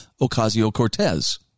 Ocasio-Cortez